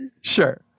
Sure